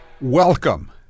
Welcome